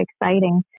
exciting